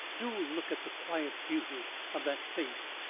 do look at the quiet beauty of that face,